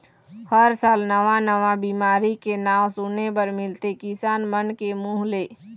हर साल नवा नवा बिमारी के नांव सुने बर मिलथे किसान मन के मुंह ले